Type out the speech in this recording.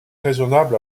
raisonnable